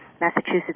Massachusetts